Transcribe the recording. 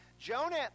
Jonah